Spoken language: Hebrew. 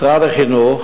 משרד החינוך